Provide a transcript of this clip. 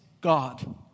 God